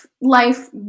Life